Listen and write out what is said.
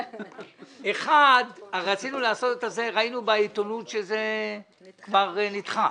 אחד, ראינו בעיתונות שכבר נדחה,